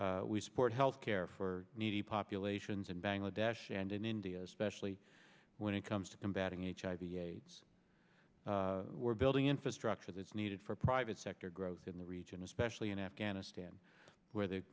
we support health care for needy populations in bangladesh and in india especially when it comes to combating aids hiv aids we're building infrastructure that's needed for private sector growth in the region especially in afghanistan where the